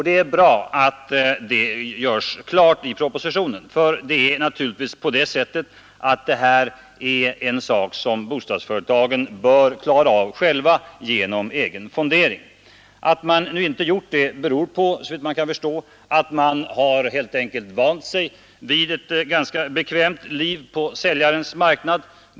Det är bra att detta görs klart i propositionen, ty det är naturligtvis så att denna typ av kostnader bör bostadsföretagen klara av själva genom egen fondering. Att man inte har gjort det har såvitt jag förstår berott på att man helt enkelt har vant sig vid ett ganska bekvämt liv på säljarens marknad.